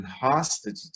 hostage